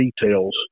details